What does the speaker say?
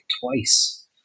twice